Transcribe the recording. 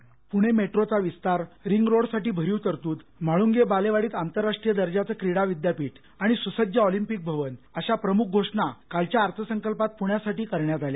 script Pune मेट्रोचा विस्तार ring रोडसाठी भरीव तरतूद म्हाळूंगे बालेवाडीत आंतरराष्ट्रीय दर्जाचं क्रीडा विद्यापीठ आणि सुसज्ज ऑलिम्पिक भवन अशा प्रमुख घोषणा कालच्या अर्थसंकल्पात पुण्यासाठी करण्यात आल्या